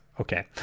okay